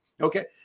okay